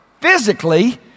physically